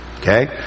Okay